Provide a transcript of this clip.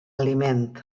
aliment